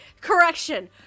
Correction